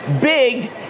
Big